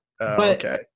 okay